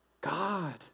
God